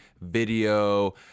video